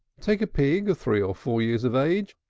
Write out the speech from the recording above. take a pig three or four years of age,